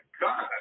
God